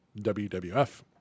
wwf